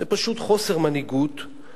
זה פשוט חוסר מנהיגות,